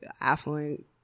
affluent